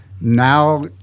Now